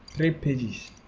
three pages,